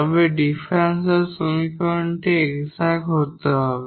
তবে ডিফারেনশিয়াল সমীকরণটি এক্সাট হতে হবে